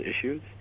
issues